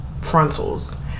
frontals